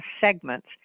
segments